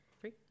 Three